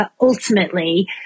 ultimately